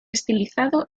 estilizado